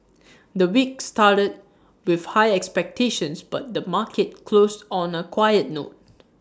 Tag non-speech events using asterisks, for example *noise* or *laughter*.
*noise* the week started with high expectations but the market closed on A quiet note